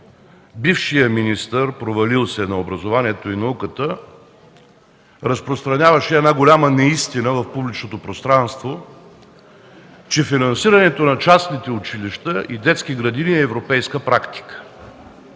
бившият министър – провалил се, на образованието и науката разпространяваше една голяма неистина в публичното пространство, че финансирането на частните училища и детски градини е европейска практика